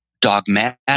dogmatic